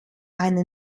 eine